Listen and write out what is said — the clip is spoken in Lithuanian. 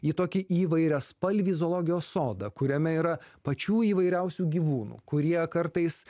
į tokį įvairiaspalvį zoologijos sodą kuriame yra pačių įvairiausių gyvūnų kurie kartais